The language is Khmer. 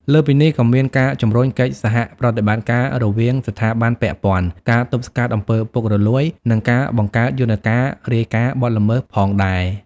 លើសពីនេះ ក៏មានការជំរុញកិច្ចសហប្រតិបត្តិការរវាងស្ថាប័នពាក់ព័ន្ធ ការទប់ស្កាត់អំពើពុករលួយ និងការបង្កើតយន្តការរាយការណ៍បទល្មើសផងដែរ។